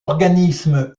organismes